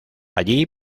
allí